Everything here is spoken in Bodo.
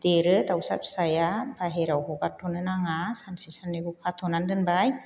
देरो दाउसा फिसाया बाहेराव हगारथ'नो नाङा सानसे साननैखौ खाथ'नानै दोनबाय